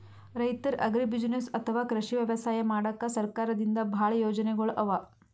ರೈತರ್ ಅಗ್ರಿಬುಸಿನೆಸ್ಸ್ ಅಥವಾ ಕೃಷಿ ವ್ಯವಸಾಯ ಮಾಡಕ್ಕಾ ಸರ್ಕಾರದಿಂದಾ ಭಾಳ್ ಯೋಜನೆಗೊಳ್ ಅವಾ